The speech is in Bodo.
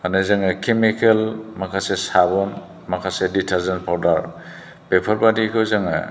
माने जोङो केमिकेल माखासे साबुन माखासे डिटारजेन्ट पाउडार बेफोरबादिखौ जोङो